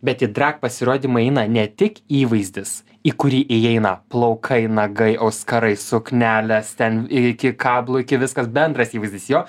bet į drag pasirodymą įeina ne tik įvaizdis į kurį įeina plaukai nagai auskarai suknelės ten iki kablų iki viskas bendras įvaizdis jo